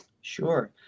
Sure